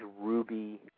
ruby